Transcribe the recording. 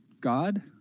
god